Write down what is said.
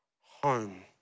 home